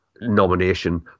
nomination